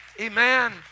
Amen